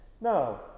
Now